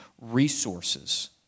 resources